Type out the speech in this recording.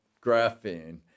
graphene